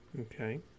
Okay